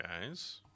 guys